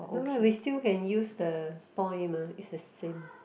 no lah we still can use the point mah is the same